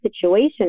situation